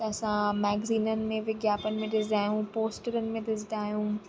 त असां मैग्ज़िननि में विज्ञापन में ॾिसंदा आहियूं पोस्टरनि में ॾिसंदा आहियूं